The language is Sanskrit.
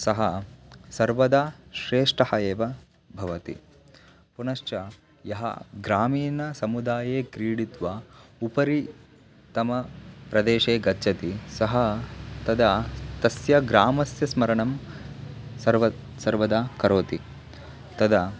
सः सर्वदा श्रेष्ठः एव भवति पुनश्च यः ग्रामीणसमुदाये क्रीडित्वा उपरि तम प्रदेशे गच्छति सः तदा तस्य ग्रामस्य स्मरणं सर्व सर्वदा करोति तदा